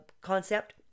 concept